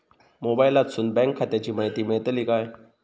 मोबाईलातसून बँक खात्याची माहिती मेळतली काय?